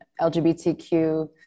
LGBTQ